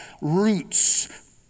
roots